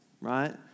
right